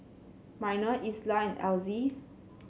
Minor Isla and Elzy